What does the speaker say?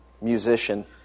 musician